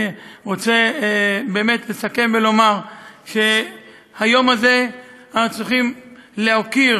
אני רוצה באמת לסכם ולומר שביום הזה אנחנו צריכים להוקיר